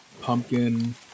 pumpkin